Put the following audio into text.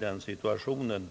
den situationen.